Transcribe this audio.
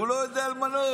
הוא לא יודע למנות.